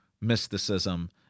mysticism